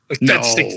No